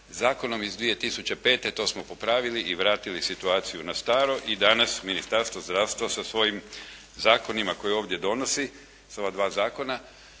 Zakonom iz 2005. to smo popravili i vratili situaciju na staro i danas Ministarstvo zdravstva sa svojim zakonima koje ovdje donosi su ova dva zakona